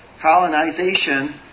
colonization